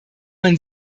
man